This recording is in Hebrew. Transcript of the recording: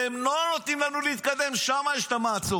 והם לא נותנים לנו להתקדם, שם יש את המעצורים.